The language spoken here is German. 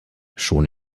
schon